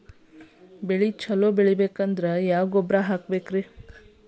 ಬೆಳಿ ಛಲೋ ಬರಬೇಕಾದರ ಯಾವ ಗೊಬ್ಬರ ಹಾಕಬೇಕು?